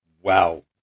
wow